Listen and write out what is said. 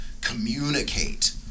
communicate